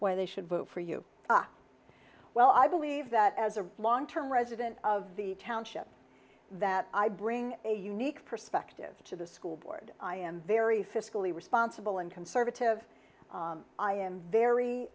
why they should vote for you up well i believe that as a long term resident of the township that i bring a unique perspective to the school board i am very fiscally responsible and conservative i am very